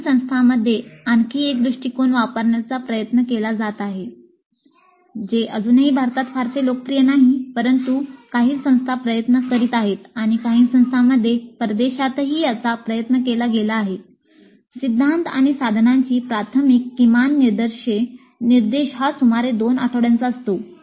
काही संस्थांमध्ये आणखी एक दृष्टिकोन वापरण्याचा प्रयत्न केला जात आहे जे अजूनही भारतात फारसे लोकप्रिय नाही परंतु काही संस्था प्रयत्न करीत आहेत आणि काही संस्थांमध्ये परदेशातही याचा प्रयत्न केला गेला आहे सिद्धांत आणि साधनांची प्राथमिक किमान निर्देश हा सुमारे 2 आठवड्याचा असतो